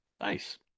Nice